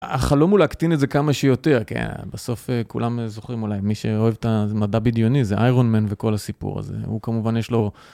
החלום הוא להקטין את זה כמה שיותר, בסוף כולם זוכרים אולי, מי שאוהב את המדע בדיוני זה איירון מן וכל הסיפור הזה, הוא כמובן יש לו...